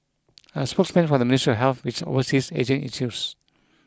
a spokesman for the Ministry of Health which oversees ageing issues